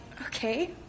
okay